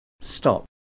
stop